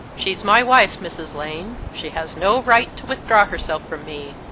she's my wife, mrs. lane. she has no right to withdraw herself from me.